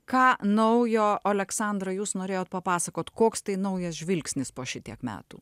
ką naujo oleksandrai jūs norėjot papasakot koks tai naujas žvilgsnis po šitiek metų